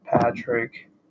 Patrick